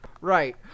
Right